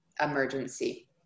emergency